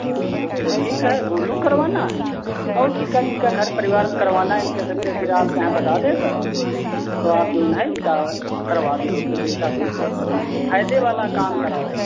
हाँ हाँ तो ठीक है गोलू करनाना है और जिसका जिसका घर परिवार में करवाना है उनका सब के अगर आप कहे तो बता देगा तो आप जो हैं इनका करवा दें के है जैसा कुछ हो फायदे वाला काम कराओ